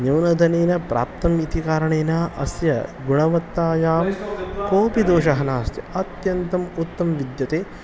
न्यूनधनेन प्राप्तम् इति कारणेन अस्य गुणवत्तायां कोपि दोषः नास्ति अत्यन्तम् उत्तमं विद्यते